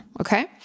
Okay